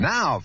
Now